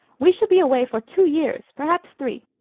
we shall be away for two years, perhaps three.